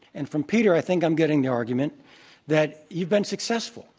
and from peter i think i'm getting the argument that you've been successful,